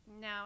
Now